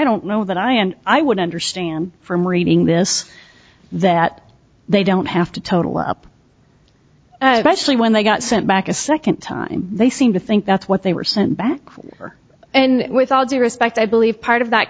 don't know that i and i would understand from reading this that they don't have to total up question when they got sent back a second time they seem to think that's what they were sent back and with all due respect i believe part of that